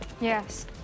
yes